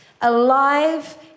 alive